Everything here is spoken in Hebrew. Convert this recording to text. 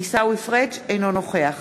אינו נוכח